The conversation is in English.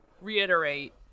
reiterate